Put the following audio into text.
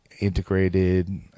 integrated